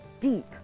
deep